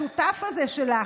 השותף הזה שלך,